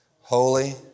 holy